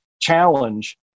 challenge